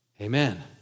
Amen